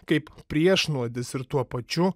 kaip priešnuodis ir tuo pačiu